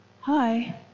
Hi